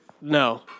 no